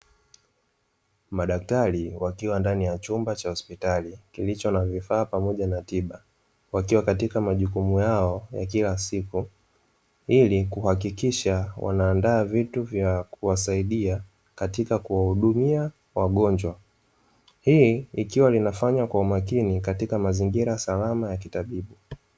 Madaktari wakiwa ndani ya chumba cha hospitali kilicho na vifaa pamoja na tiba, wakiwa katika majukumu yao ya kila siku ili kuhakikisha wanaandaa vitu vya kuwasaidia katika kuhudumia wagonjwa. Hii ikiwa inafanywa kwa umakini katika mazingira salama ya kitabibu.